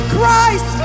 Christ